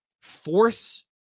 force